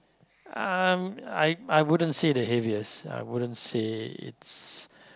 um I I wouldn't say the heaviest I wouldn't say it's